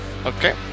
Okay